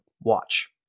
watch